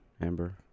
amber